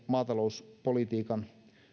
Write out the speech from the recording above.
maatalouspolitiikkaa